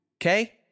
Okay